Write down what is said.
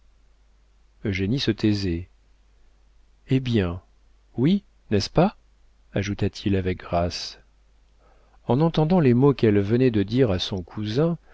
mains eugénie se taisait hé bien oui n'est-ce pas ajouta-t-il avec grâce en entendant les mots qu'elle venait de dire à son cousin